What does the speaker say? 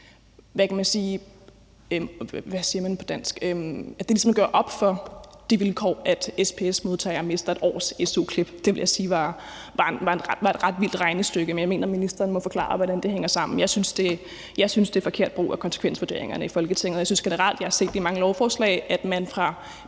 anden måde kan, hvad siger man, ligesom opveje, at SPS-modtagere mister 1 års su-klip. Det vil jeg sige var et ret vildt regnestykke, og jeg mener, ministeren må forklare, hvordan det hænger sammen. Jeg synes, det er forkert brug af konsekvensvurderingerne i Folketinget. Og jeg synes generelt, jeg har set i mange lovforslag, at man fra